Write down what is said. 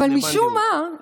אבל משום מה,